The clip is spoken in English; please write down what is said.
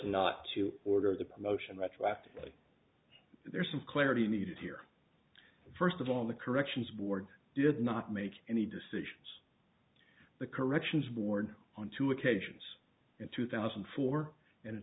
not to order the promotion retroactively there is some clarity needed here first of all the corrections board did not make any decisions the corrections board on two occasions in two thousand and four and